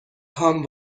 هام